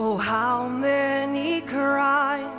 oh how i